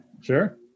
sure